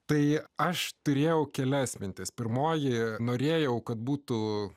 tai aš turėjau kelias mintis pirmoji norėjau kad būtų